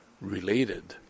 related